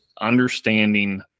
understanding